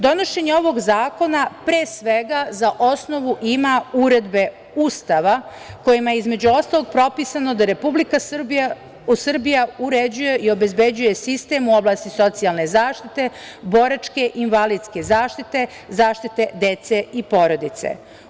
Donošenje ovog zakona pre svega za osnovu ima uredbe Ustava kojima je, između ostalog, propisano da Republika Srbija uređuje i obezbeđuje sistem u oblasti socijalne zaštite, boračke i invalidske zaštite, zaštite dece i porodice.